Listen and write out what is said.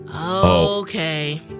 Okay